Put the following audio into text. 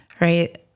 right